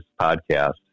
podcast